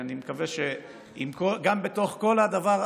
אני מקווה שגם בתוך כל הדבר,